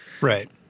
Right